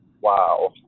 Wow